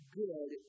good